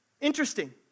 Interesting